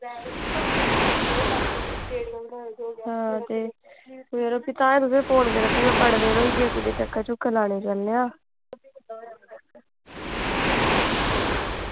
हां यरो ते घर बीा फोन करा दी ही बड़े दिन होइये ते कुतै चक्कर चुक्कर लाने गी जन्ने आं